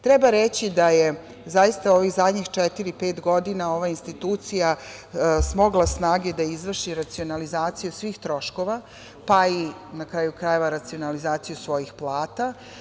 Treba reći da je zaista ovih zadnjih četiri-pet godina ova institucija smogla snage da izvrši racionalizaciju svih troškova, pa, na kraju krajeva, i racionalizaciju svojih plata.